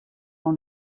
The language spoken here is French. dans